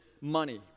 money